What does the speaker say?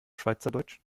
schweizerdeutsch